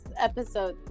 episode